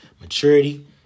maturity